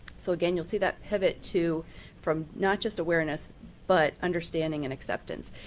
so again you'll see that pivot to from not just awareness but understanding and acceptance.